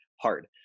hard